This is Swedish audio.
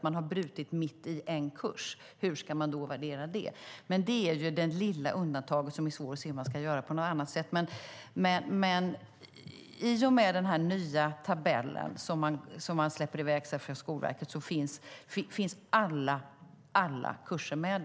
Man har brutit mitt i en kurs - hur ska det då värderas? Men det är ett litet undantag, och det är svårt att ser hur det skulle kunnas göras på något annat sätt. I den nya tabellen som Skolverket släpper i väg finns alla kurser med.